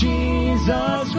Jesus